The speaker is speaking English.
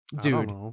Dude